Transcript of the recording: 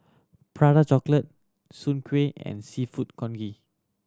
Prata Chocolate Soon Kueh and Seafood Congee